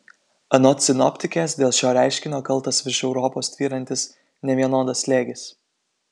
anot sinoptikės dėl šio reiškinio kaltas virš europos tvyrantis nevienodas slėgis